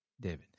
David